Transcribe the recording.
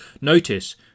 notice